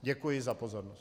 Děkuji za pozornost.